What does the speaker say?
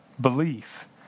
belief